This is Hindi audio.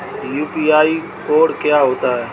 यू.पी.आई कोड क्या होता है?